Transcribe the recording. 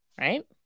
Right